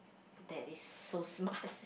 that is so smart